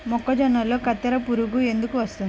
మొక్కజొన్నలో కత్తెర పురుగు ఎందుకు వస్తుంది?